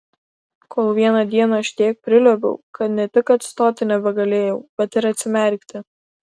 kol vieną dieną aš tiek priliuobiau kad ne tik atsistoti nebegalėjau bet ir atsimerkti